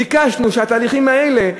ביקשנו שהתהליכים האלה,